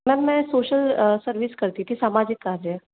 ma'am मैं social service करती थी सामाजिक कार्य